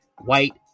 white